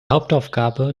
hauptaufgabe